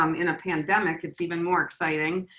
um in a pandemic it's even more exciting.